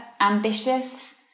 ambitious